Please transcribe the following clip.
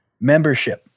membership